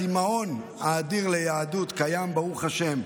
הצימאון האדיר ליהדות קיים, ברוך השם,